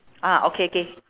ah okay K